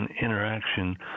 interaction